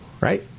right